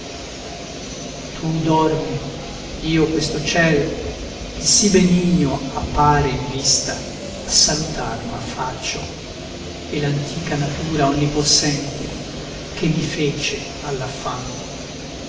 tu dormi io questo ciel che sì benigno appare in vista a salutar m'affaccio e l'antica natura onnipossente che mi fece all'affanno a